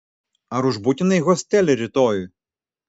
ar užbukinai hostelį rytojui